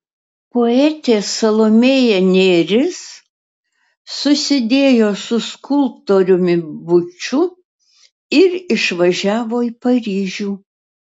poetė salomėja nėris susidėjo su skulptoriumi buču ir išvažiavo į paryžių